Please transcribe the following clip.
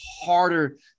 harder